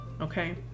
Okay